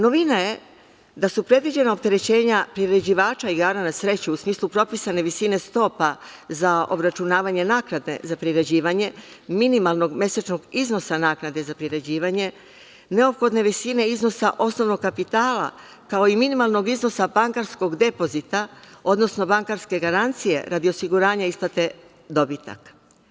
Novina je da su predviđena opterećenja priređivača igara na sreću, u smislu propisane visine stopa za obračunavanje naknade za priređivanje minimalnog mesečnog iznosa naknade za priređivanje, neophodne visine iznosa osnovnog kapitala, kao i minimalnog iznosa bankarskog depozita, odnosno bankarske garancije radi osiguranja isplate dobitaka.